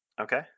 Okay